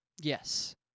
Yes